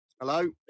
Hello